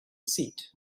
seat